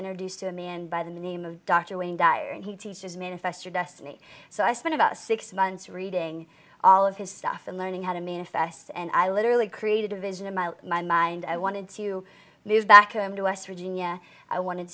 introduced to a man by the name of dr wayne dyer and he teaches manifest destiny so i spent about six months reading all of his stuff and learning how to manifest and i literally created a vision in my mind i wanted to move back home to west virginia i wanted